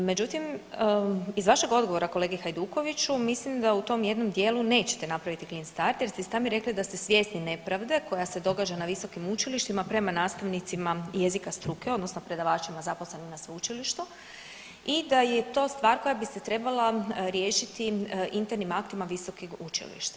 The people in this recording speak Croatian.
Međutim, iz vašeg odgovora kolegi Hajdukoviću mislim da u tom jednom dijelu nećete napraviti klin start jer ste i sami rekli da ste svjesni nepravde koja se događa na visokim učilištima prema nastavnicima jezika struke odnosno predavačima zaposlenim na sveučilištu i da je to stvar koja bi se trebala riješiti internim aktima visokih učilišta.